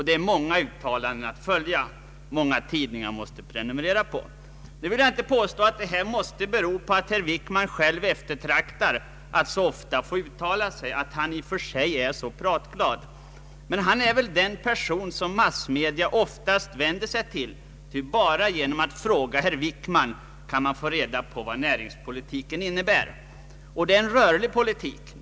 Det är många uttalanden att följa, många tidningar man måste prenumerera på. Nu vill jag inte påstå att detta måste bero på att herr Wickman själv eftertraktar att så ofta få uttala sig, att han i och för sig är så pratglad. Men han är väl den person som massmedia oftast vänder sig till, ty bara genom att fråga herr Wickman kan man få reda på vad näringspolitiken innebär. Det är en rörlig politik.